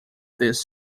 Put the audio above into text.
this